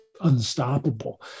unstoppable